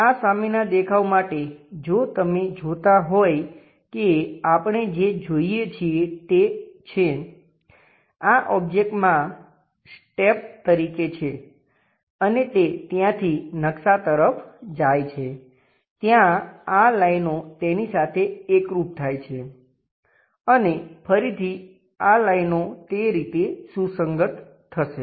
આ સામેના દેખાવ માટે જો તમે જોતા હોય કે આપણે જે જોઈએ છીએ તે છે આ ઓબ્જેક્ટમાં સ્ટેપ તરીકે છે અને તે ત્યાંથી નકશા તરફ જાય છે ત્યાં આ લાઈનો તેની સાથે એકરુપ થાય છે અને ફરીથી આ લાઈનઓ તે રીતે સુસંગત થશે